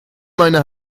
meine